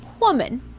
woman